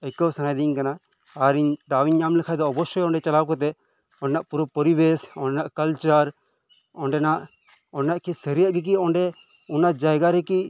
ᱟᱹᱭᱠᱟᱹᱣ ᱥᱟᱱᱟᱭᱤᱫᱤᱧ ᱠᱟᱱᱟ ᱟᱨ ᱤᱧ ᱫᱟᱣᱤᱧ ᱧᱟᱢ ᱞᱮᱠᱷᱟᱱ ᱫᱚ ᱚᱵᱚᱥᱥᱚᱭ ᱚᱸᱰᱮ ᱪᱟᱞᱟᱣ ᱠᱟᱛᱮᱫ ᱚᱸᱰᱮᱱᱟᱜ ᱯᱩᱨᱟᱹ ᱯᱚᱨᱤᱵᱮᱥ ᱚᱸᱰᱮᱱᱟᱜ ᱠᱟᱞᱪᱟᱨ ᱚᱸᱰᱮᱱᱟᱜ ᱚᱸᱰᱮᱱᱟᱜ ᱠᱤ ᱥᱟᱨᱤ ᱜᱮᱠᱤ ᱚᱸᱰᱮ ᱚᱱᱟ ᱡᱟᱭᱜᱟ ᱨᱮᱠᱤ